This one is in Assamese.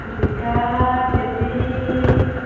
জিকা কেজি